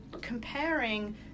comparing